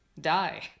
die